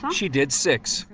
she did six.